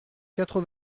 quatre